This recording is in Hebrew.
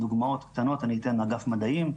דוגמאות קטנות אני אתן מאגף מדעים.